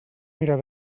mirar